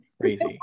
crazy